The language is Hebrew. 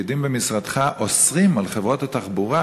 הפקידים במשרדך אוסרים על חברות התחבורה,